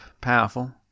powerful